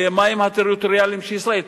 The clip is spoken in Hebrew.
במים הטריטוריאליים של ישראל,